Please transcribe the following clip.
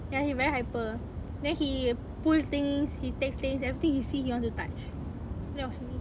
ya he very hyper then he pull things he take things everything he see he wants to touch that was me